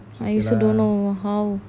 I also don't know how